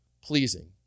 pleasing